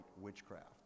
witchcraft